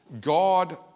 God